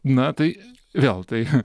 na tai vėl tai